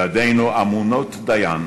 ידינו אמונות דיין